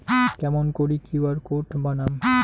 কেমন করি QR code বানাম?